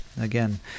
Again